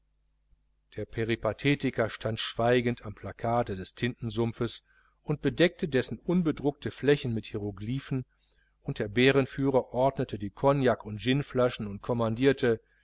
der peripathetiker stand schweigend am plakate des tintensumpfs und bedeckte dessen unbedruckte flächen mit hieroglyphen der bärenführer ordnete die cognac und ginflaschen und kommandierte